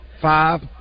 five